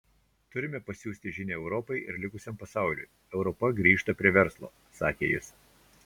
turime pasiųsti žinią europai ir likusiam pasauliui europa grįžta prie verslo sakė jis